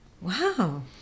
Wow